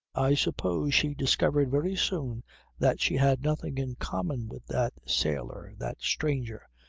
i suppose she discovered very soon that she had nothing in common with that sailor, that stranger,